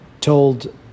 told